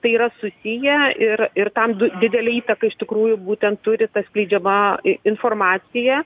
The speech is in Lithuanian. tai yra susiję ir ir tam didelę įtaką iš tikrųjų būtent turi ta skleidžiama i informacija